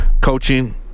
coaching